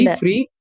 free